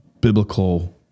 biblical